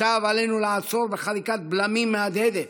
עכשיו עלינו לעצור, בחריקת בלמים מהדהדת,